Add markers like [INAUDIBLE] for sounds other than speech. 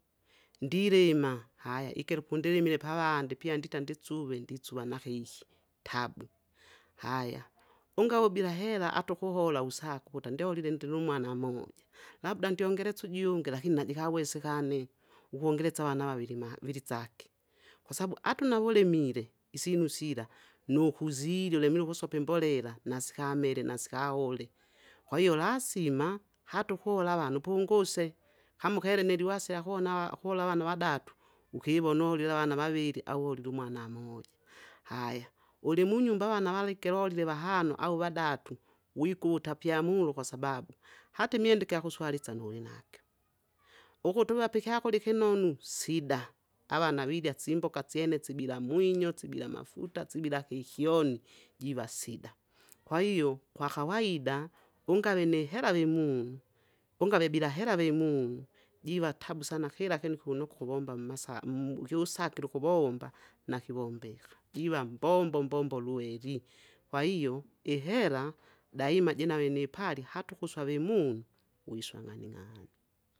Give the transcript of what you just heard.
Ndilima haya ikero pundilimile pavandi pyandita nditsuve nditsuva nakeiki tabu. Haya ungawe bila hera hata ukuhola usake ukuta ndiholile ndilumwana moja. Labda ndyongeresya ujungi lakini najikawesekane, ukongelesya avana vaviri ma vilisake. Kwasabu ataunawulimile isinu sila, nukuzili ulumile ukusopa imbolela nasikamele nasikaule, kwahiyo lasima hata ukula avana upunguse, kama ukele niliwaso ilyakunawa ukula avana wadatu, ukiwona ulila avana vavili au ulile umwana moja. Haya ulimunyumba avana valeke lolile vahano au wadatu wikuta apyamulo kwasababu, hata imwenda igyakuswalisan ulinagyo, ukutu uwape ikyakurya ikinonu sida avana virya simboka syene sibila mwinyo, sibila mafuta, sibila kikyoni jiva sida. Kwahiyo kwakawaida ungave nihela vimunu, ungave bila hela jiva tabu sana kila kinu kikunukwa ukuvomba mmasaa [UNINTELLIGIBLE] ukiusakile ukuvomba nikivombeka, jiva mbombo mbo lueli, kwahiyo ihera daaima jinave nipali, hata ukuwa vemunu wiswa ng'aning'ani.